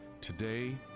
today